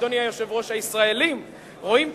אדוני היושב-ראש, הישראלים, רואים טילים,